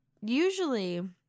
usually